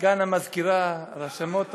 סגן המזכירה, הרשמות הפרלמנטריות.